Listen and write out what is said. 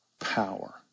power